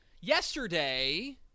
Yesterday